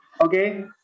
okay